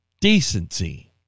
Decency